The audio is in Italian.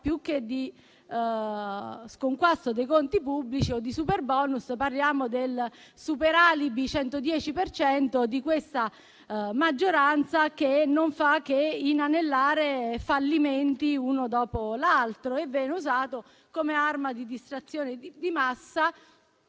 Più che di sconquasso dei conti pubblici o di superbonus, parliamo del superalibi al 110 per cento di questa maggioranza, che non fa che inanellare fallimenti uno dopo l'altro e che viene usato come arma di distrazione di massa